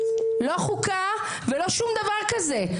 לא חוקה לא שום דבר כזה.